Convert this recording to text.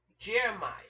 Jeremiah